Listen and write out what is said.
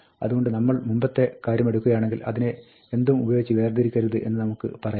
അതുകൊണ്ട് നമ്മൾ മുമ്പത്തെ കാര്യമെടുക്കുകയാണെങ്കിൽ അതിനെ എന്തും ഉപയോഗിച്ച് വേർതിരിക്കരുത് എന്ന് നമുക്ക് പറയാം